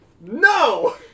no